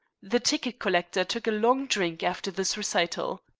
the ticket collector took a long drink after this recital.